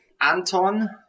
Anton